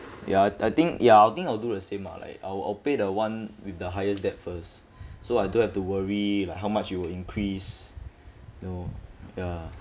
ya I I think ya I think I'll do the same uh like I will I'll pay the one with the highest debt first so I don't have to worry like how much it will increase you know ya